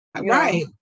right